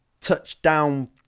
touchdown